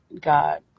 God